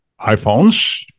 iPhones